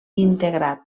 integrat